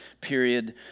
period